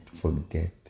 forget